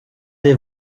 des